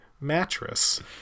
mattress